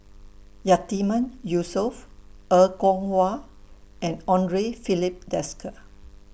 Yatiman Yusof Er Kwong Wah and Andre Filipe Desker